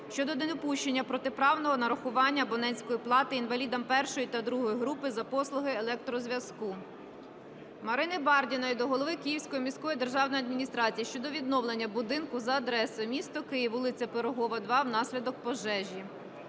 щодо недопущення протиправного нарахування абонентської плати інвалідам І та ІІ групи за послуги електрозв`язку. Марини Бардіної до Голови Київської міської державної адміністрації щодо відновлення будинку за адресою: місто Київ, вулиця Пирогова, 2 внаслідок пожежі.